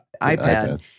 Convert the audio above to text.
iPad